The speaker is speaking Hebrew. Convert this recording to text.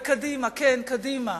וקדימה, כן, קדימה